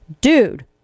Dude